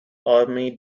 army